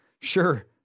sure